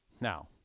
Now